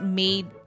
made